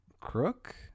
crook